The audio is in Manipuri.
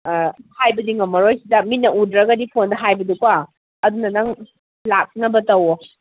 ꯍꯥꯏꯕꯗꯤ ꯉꯝꯂꯔꯣꯏ ꯁꯤꯗ ꯃꯤꯠꯅ ꯎꯗ꯭ꯔꯒꯗꯤ ꯐꯣꯟꯗ ꯍꯥꯏꯕꯗꯤꯀꯣ ꯑꯗꯨꯅ ꯅꯪ ꯂꯥꯛꯅꯕ ꯇꯧꯋꯣ